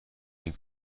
این